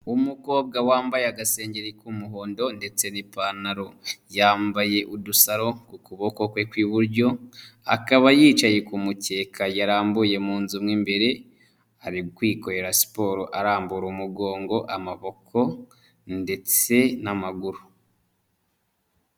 Umukobwa wambaye agasengeri k'umuhondo ndetse n'ipantaro, yambaye udusaro ku kuboko kwe kw'iburyo, akaba yicaye kumukeka yarambuye mu nzu mo imbere ari kwikorera siporo arambura umugongo, amaboko ndetse n'amaguru.